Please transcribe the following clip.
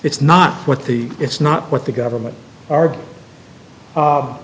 it's not what the it's not what the government are